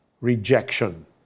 rejection